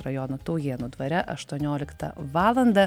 rajono taujėnų dvare aštuonioliktą valandą